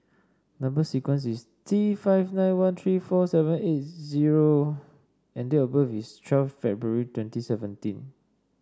number sequence is T five nine one three four seven eight zero and date of birth is twelve February twenty seventeen